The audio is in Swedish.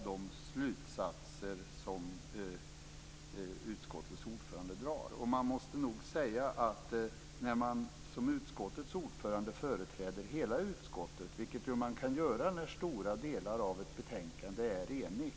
De slutsatser som utskottets ordförande drar är inte ledda i bevis. Utskottets ordförande kan företräda hela utskottet när stora delar av ett betänkande är enigt.